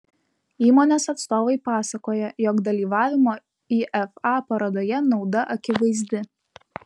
įmonės atstovai pasakoja jog dalyvavimo ifa parodoje nauda akivaizdi